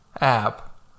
app